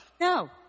No